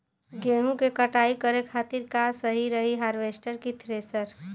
गेहूँ के कटाई करे खातिर का सही रही हार्वेस्टर की थ्रेशर?